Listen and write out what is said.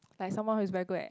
like someone who's very good at